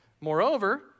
moreover